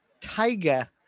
Tiger